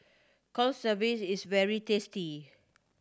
is very tasty